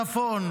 ובצפון.